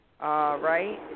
right